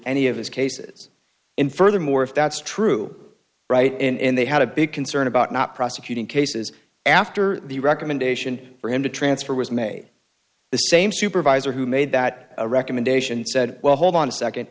any of his cases in furthermore if that's true right and they had a big concern about not prosecuting cases after the recommendation for him to transfer was made the same supervisor who made that recommendation said well hold on a